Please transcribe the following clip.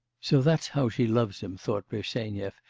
so that's how she loves him thought bersenyev,